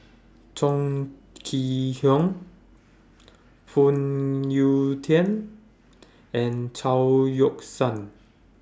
Chong Kee Hiong Phoon Yew Tien and Chao Yoke San